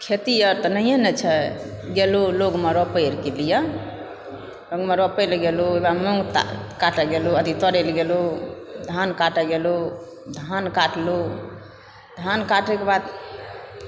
खेती आर तऽ नहिए ने छै गेलहुँ लोगमे रोपए आरके लिए सङ्गमे रोपएला गेलहुँ मुङ्ग काटऽ गेलहुँ अथी तोड़ै लऽ गेलहुँ धान काटए गेलहुँ धान काटलहुँ धान काटएके बाद